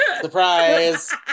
Surprise